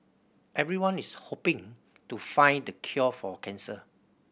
everyone is hoping to find the cure for cancer